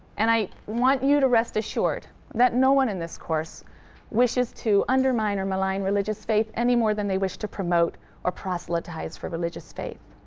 and i want you to rest assured that no one in this course wishes to undermine or malign religious faith any more than they wish to promote or proselytize for religious faith.